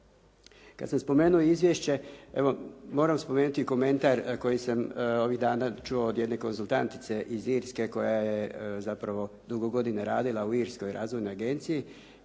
Kad sam spomenuo izvješće, evo moram spomenuti i komentar koji sam ovih dana čuo od jedne konzultantice iz Irske koja je zapravo dugo godina radila u irskoj razvojnoj agenciji